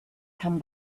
come